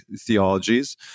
theologies